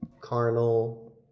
carnal